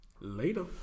later